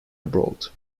abroad